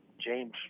James